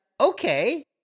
okay